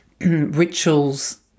rituals